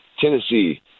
Tennessee